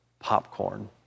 popcorn